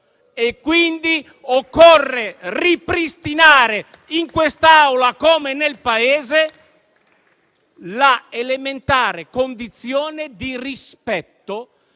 Occorre ripristinare in quest'Assemblea, come nel Paese, l'elementare condizione di rispetto,